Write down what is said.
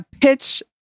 pitch